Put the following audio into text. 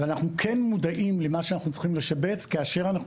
אנחנו כן מודעים למה שאנחנו צריכים לשבץ כאשר אנחנו